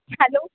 hello